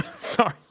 Sorry